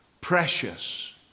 precious